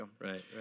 right